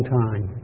time